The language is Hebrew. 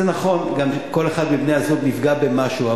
זה נכון גם שכל אחד מבני-הזוג נפגע ממשהו,